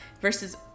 versus